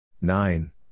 Nine